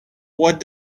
what